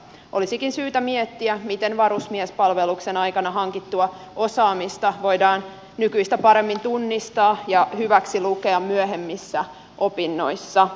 olisikin syytä miettiä miten varusmiespalveluksen aikana hankittua osaamista voidaan nykyistä paremmin tunnistaa ja lukea hyväksi myöhemmissä opinnoissa